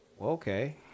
Okay